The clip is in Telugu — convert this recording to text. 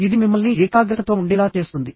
ఇది మిమ్మల్ని ఏకాగ్రతతో ఉండేలా చేస్తుంది